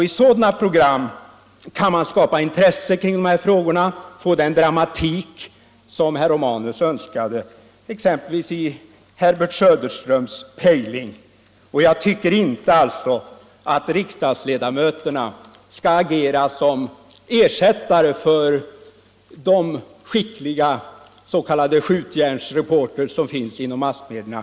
I TV-program kan man skapa intresse kring dessa frågor och få den dramatik som herr Romanus önskar, t.ex. i Herbert Söderströms Pejling. Jag tycker inte att riksdagens ledamöter skall agera såsom ersättare för de skickliga s.k. skjutjärnsreportrar som finns inom massmedierna.